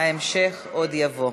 ההמשך עוד יבוא.